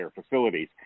facilities